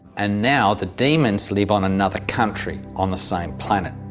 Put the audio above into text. and now the demons live on another country on the same planet.